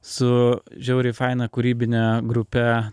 su žiauriai faina kūrybine grupe